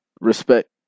Respect